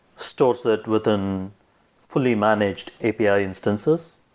stores it within fully managed api ah instances.